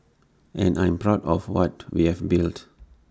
and I'm proud of what we have built